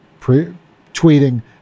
tweeting